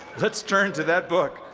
let's turn to that book,